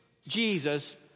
Jesus